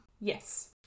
Yes